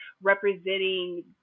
representing